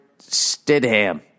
Stidham